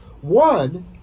One